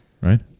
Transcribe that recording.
Right